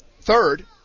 Third